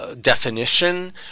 Definition